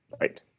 Right